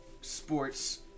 sports